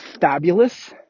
fabulous